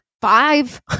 five